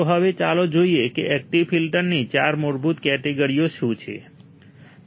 તો હવે ચાલો જોઈએ કે એકટીવ ફિલ્ટરની ચાર મૂળભૂત કેટેગરીઓ શું છે